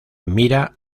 mira